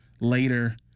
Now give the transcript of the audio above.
later